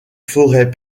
forêt